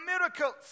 miracles